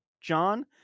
John